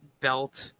Belt